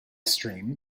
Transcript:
steam